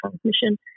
transmission